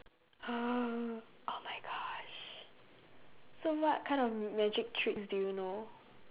oh my gosh so what kind of magic tricks do you know